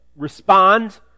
respond